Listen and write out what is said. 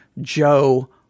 Joe